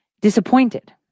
Disappointed